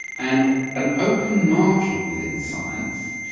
and an open market within science,